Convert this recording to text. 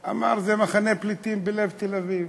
הוא אמר: זה מחנה פליטים בלב תל-אביב.